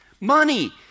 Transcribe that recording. Money